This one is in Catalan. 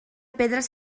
pedres